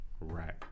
right